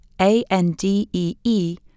A-N-D-E-E